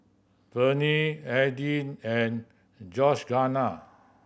Verne Adin and Georganna